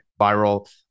viral